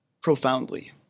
profoundly